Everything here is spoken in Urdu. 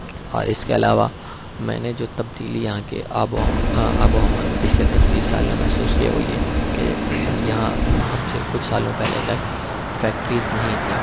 اور اس کے علاوہ میں نے جو تبدیلی یہاں کے آب و ہوا آب و ہوا میں پچھلے دس بیس سال میں محسوس کی ہے وہ یہ کہ یہاں اب سے کچھ سالوں پہلے تک فیکٹریز نہیں تھیں